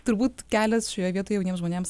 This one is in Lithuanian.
turbūt kelias šioje vietoje jauniems žmonėms